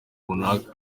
runaka